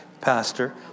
pastor